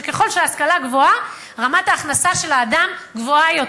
שככל שההשכלה גבוהה רמת ההכנסה של האדם גבוהה יותר.